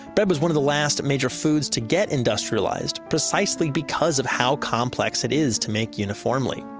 bread was one of the last major foods to get industrialized, precisely because of how complex it is to make uniformly.